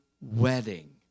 wedding